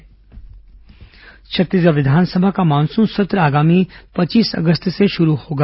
विस सत्र छत्तीसगढ़ विधानसभा का मानसून सत्र आगामी पच्चीस अगस्त से शुरू होगा